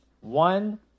One